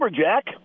Jack